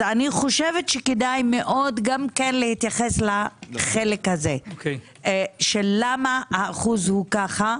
כדאי להתייחס לחלק הזה של למה האחוז הוא ככה,